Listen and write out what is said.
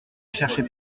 cherchait